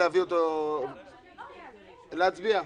אותו להצבעה.